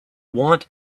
want